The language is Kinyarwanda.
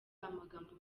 amagambo